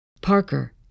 Parker